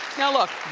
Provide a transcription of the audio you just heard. now look.